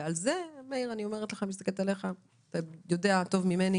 מאיר, אתה יודע טוב ממני